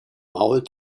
maul